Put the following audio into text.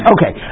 Okay